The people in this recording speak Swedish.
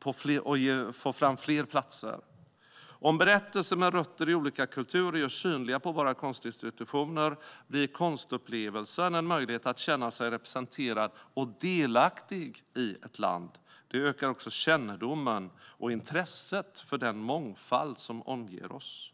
på fler platser. Om berättelser med rötter i olika kulturer görs synliga på våra konstinstitutioner blir konstupplevelsen en möjlighet att känna sig representerad och delaktig i ett land. Det ökar också kännedomen om och intresset för den mångfald som omger oss.